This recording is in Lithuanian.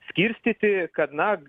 skirstyti kad na